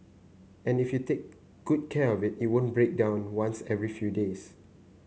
and if you take good care of it it won't break down once every few days